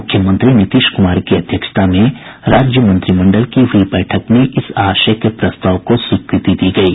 मुख्यमंत्री नीतीश कुमार की अध्यक्षता में राज्य मंत्रिमंडल की हुई बैठक में इस आशय के प्रस्ताव को स्वीकृति दी गयी